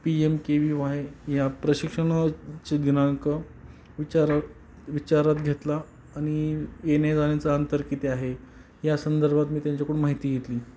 P M K V Y या प्रशिक्षणाचे दिनांक विचार विचारात घेतला आणि येण्या जाण्याचा अंतर किती आहे या संदर्भात मी त्यांच्याकडून माहिती घेतली